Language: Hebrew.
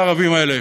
הערבים האלה,